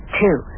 two